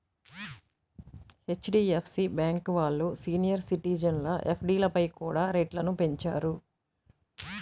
HDFC bank వాళ్ళు senior సిటిజన్ల ఎఫ్డీలపై కూడా వడ్డీ రేట్లను పెంచారు